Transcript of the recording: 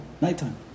nighttime